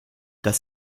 das